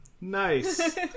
nice